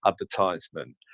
advertisement